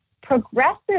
progressive